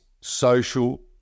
social